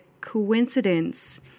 coincidence